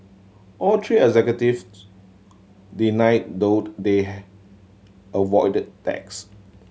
all three executives denied though they avoided tax